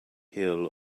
hill